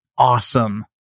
Awesome